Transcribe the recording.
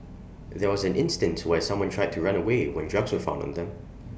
there was an instance where someone tried to run away when drugs were found on them